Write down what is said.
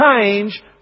Change